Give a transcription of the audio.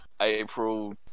April